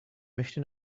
möchte